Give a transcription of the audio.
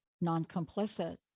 non-complicit